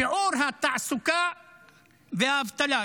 שיעור התעסוקה והאבטלה,